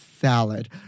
salad